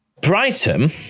Brighton